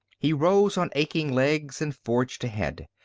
he rose on aching legs and forged ahead.